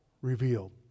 revealed